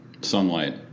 sunlight